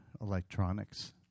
electronics